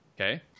okay